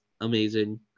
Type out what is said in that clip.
amazing